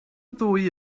ddwy